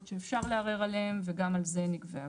שאפשר לערער עליהן וגם על זה נגבה אגרה.